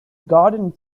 garden